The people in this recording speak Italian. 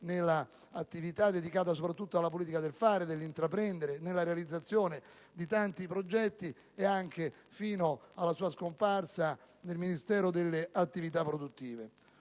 in un'attività dedicata soprattutto alla politica del fare e dell'intraprendere e alla realizzazione di tanti progetti, che poi - fino alla sua scomparsa - al Ministero delle attività produttive.